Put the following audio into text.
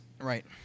Right